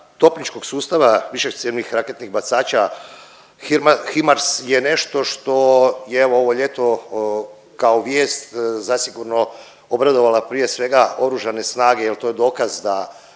topničkog sustava višecjevnih raketnih bacača Himars je nešto što je evo ovo ljeto kao vijest zasigurno obradovala prije svega Oružane snage jer to je dokaz da